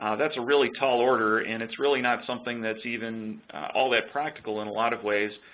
that's a really tall order and it's really not something that's even all that practical in a lot of ways,